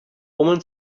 woman